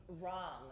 wrong